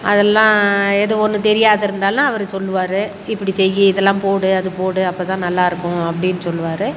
அதெல்லாம் எது ஒன்று தெரியாத இருந்தாலும் அவர் சொல்லுவார் இப்படி செய் இதெல்லாம் போடு அது போடு அப்போதான் நல்லா இருக்கும் அப்படின்னு சொல்லுவார்